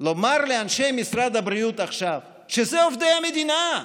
לומר לאנשי משרד הבריאות עכשיו, שזה עובדי המדינה,